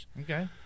Okay